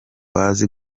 bazi